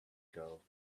girl